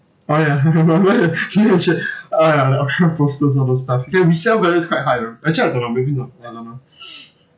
why ah I remember the T shirt uh like actual posters all those stuff their resell value is quite high you know actually I don't know maybe not ya don't know